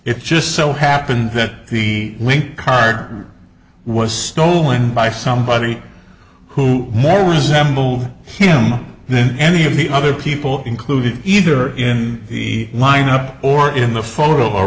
it just so happened that the link card was stolen by somebody who more resemble him then any of the other people including either in the lineup or in the photo